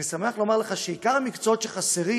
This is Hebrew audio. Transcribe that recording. אני שמח לומר לך שעיקר המקצועות שחסרים